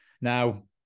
Now